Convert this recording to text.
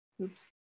Oops